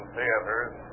Theaters